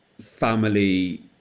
family